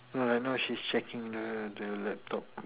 no lah now she's checking the the laptop